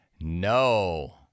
No